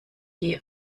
die